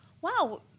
wow